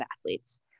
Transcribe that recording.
athletes